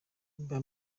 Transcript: mwaba